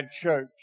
church